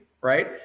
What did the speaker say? right